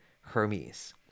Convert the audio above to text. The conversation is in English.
Hermes